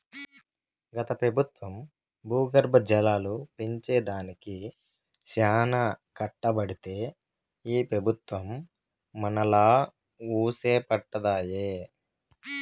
గత పెబుత్వం భూగర్భ జలాలు పెంచే దానికి చానా కట్టబడితే ఈ పెబుత్వం మనాలా వూసే పట్టదాయె